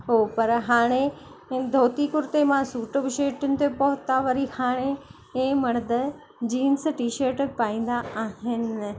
उहे पर हाणे धोती कुर्ते मां सूट बुशेटिनि ते पहुता वरी हाणे इहे मर्द जींस टी शर्ट पाईंदा आहिन